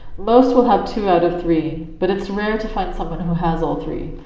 most will have two out of three, but it's rare to find someone who has all three,